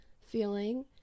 feeling